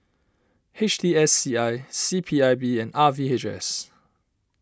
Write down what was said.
H T S C I C P I B and R V H S